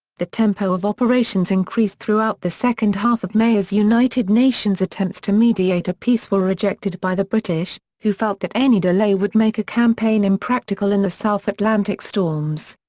the tempo of operations increased throughout the second half of may as united nations attempts to mediate a peace were rejected by the british, who felt that any delay would make a campaign impractical in the south atlantic storms.